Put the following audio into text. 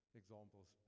examples